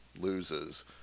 loses